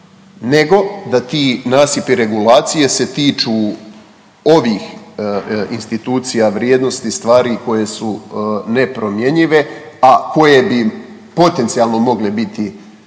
nego da ti nasipi regulacije se tiču ovih institucija vrijednosti i stvari koje su nepromjenjive, a koje bi potencijalno mogle biti